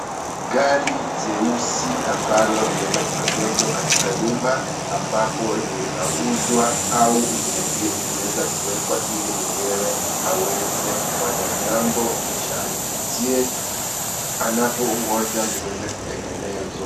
Gari jeusi ambalo limeeza kuegeshwa katika nyumba ambapo linauzwa au limeeza kuekwa ili mwenyewe aweze kufanya jambo kisha alikuje anapongoja liweze kutengenezwa.